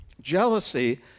Jealousy